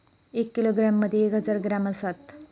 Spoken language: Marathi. एक किलोग्रॅम मदि एक हजार ग्रॅम असात